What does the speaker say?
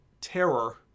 terror